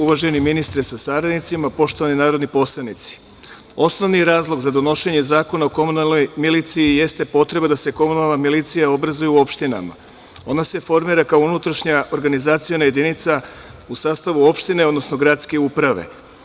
Uvaženi ministre sa saradnicima, poštovani narodni poslanici, osnovni razlog za donošenje Zakona o komunalnoj miliciji jeste potreba da se komunalna milicija obrazuje u opštinama, ona se formira kao unutrašnja organizaciona jedinica u sastavu opštine, odnosno gradske uprave.